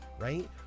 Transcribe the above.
right